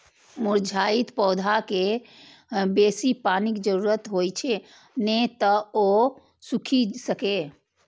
मुरझाइत पौधाकें बेसी पानिक जरूरत होइ छै, नै तं ओ सूखि सकैए